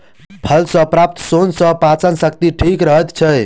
फल सॅ प्राप्त सोन सॅ पाचन शक्ति ठीक रहैत छै